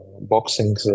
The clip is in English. boxing